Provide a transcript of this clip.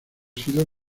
sido